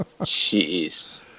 Jeez